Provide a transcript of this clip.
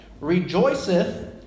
Rejoiceth